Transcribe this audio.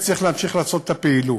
וצריך להמשיך לעשות את הפעילות,